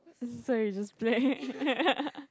I'm so sorry we're just playing